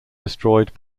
destroyed